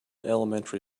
elementary